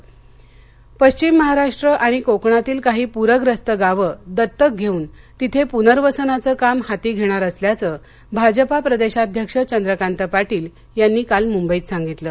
पाटील पश्विम महाराष्ट्र आणि कोकणातली काही पूर्यस्त गावं दत्तक घेऊन तिथे पुनर्वसनाचं काम हाती घेणार असल्याचं भाजपा प्रदेशाध्यक्ष चंद्रकांत पाटील यांनी काल मुंबईत सांगितलं